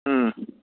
ꯎꯝ